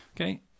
Okay